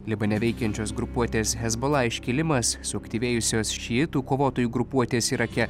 libane veikiančios grupuotės hezbola iškilimas suaktyvėjusios šiitų kovotojų grupuotės irake